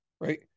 right